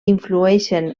influeixen